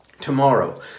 Tomorrow